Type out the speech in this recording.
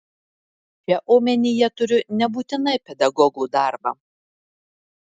čia omenyje turiu nebūtinai pedagogo darbą